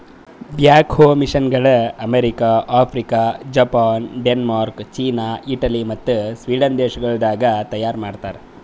back ಹೋ ಮಷೀನಗೊಳ್ America, Africa, Japan, Denmark, China, Italy ಮತ್ತ ಸ್ವೀಡನ್ ದೇಶಗೊಳ್ದಾಗ್ ತೈಯಾರ್ ಮಾಡ್ತಾರ್